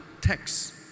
text